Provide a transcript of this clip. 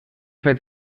fet